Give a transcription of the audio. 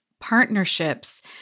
partnerships